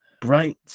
bright